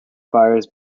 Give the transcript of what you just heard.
fires